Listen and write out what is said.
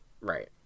Right